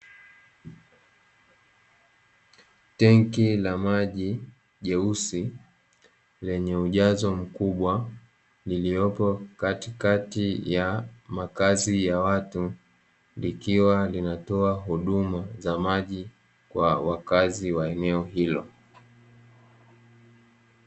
Tenki la maji jeusi lenye ujazo mkubwa, lililopo katikati ya makazi ya watu likiwa linatoa huduma za maji kwa wakazi wa eneo hilo.